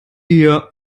eher